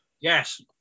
yes